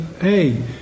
hey